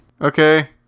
Okay